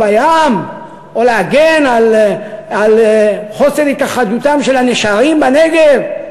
בים או להגן על אי-היכחדותם של הנשרים בנגב?